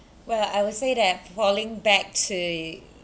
well I would say that falling back to